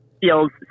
feels